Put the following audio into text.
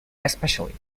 especially